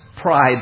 pride